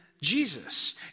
Jesus